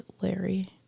Larry